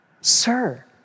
Sir